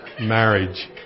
marriage